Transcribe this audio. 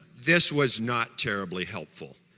this was not terribly helpful.